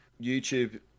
YouTube